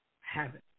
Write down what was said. habit